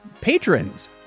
patrons